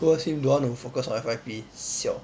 who ask him don't want to focus on F_Y_P siao